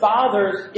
Father's